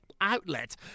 outlet